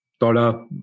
dollar